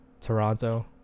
Toronto